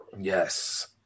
Yes